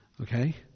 okay